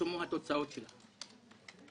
פורסמו התוצאות שלה.